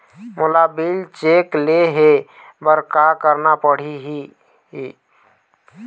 मोला bill check ले हे बर का करना पड़ही ही?